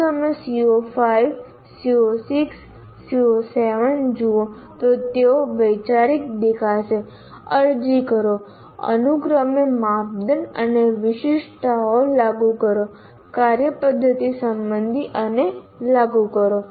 જો તમે CO5 CO6 CO7 જુઓ તો તેઓ વૈચારિક દેખાશે અરજી કરો અનુક્રમે માપદંડ અને વિશિષ્ટતાઓ લાગુ કરો કાર્યપદ્ધતિ સંબંધી અને લાગુ કરો